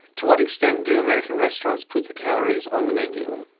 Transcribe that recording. to what extent do american restaurants put the calories on the menu?